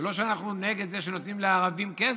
ולא שאנחנו נגד זה שנותנים לערבים כסף,